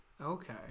Okay